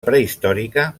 prehistòrica